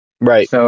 Right